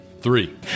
Three